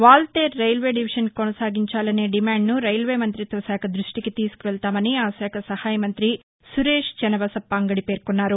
Waltair railway division కొనసాగించాలనే డిమాండ్ను railway మంతిత్వ శాఖ దృష్టిలోకి తీసుకెళ్తామని ఆశాఖ సహాయ మంగ్రి సురేష్ ఛనబసప్ప అంగడి పేర్కొన్నారు